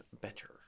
better